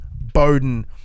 Bowden